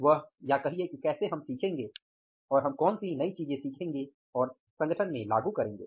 वह या कहिये की कैसे हम सीखेंगे और हम कौन सी नई चीजें सीखेंगे और संगठन में लागू करेंगे